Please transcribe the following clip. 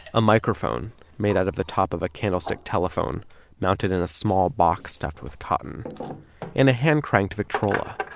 a microphone made out of the top of a candlestick telephone mounted in a small box stuffed with cotton in a hand-cranked victrola